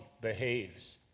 behaves